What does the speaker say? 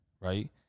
right